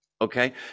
okay